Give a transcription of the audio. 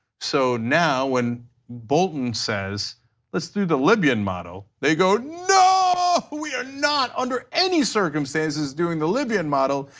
so now, when bolton says it's to the libyan model, they go, no. we are not under any circumstances doing the libyan model.